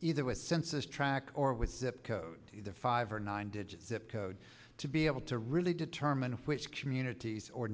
either with census track or with zip code the five or nine digit zip code to be able to really determine which communities or